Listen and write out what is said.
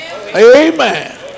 Amen